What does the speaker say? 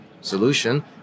solution